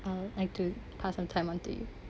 I'll like to pass on time on to you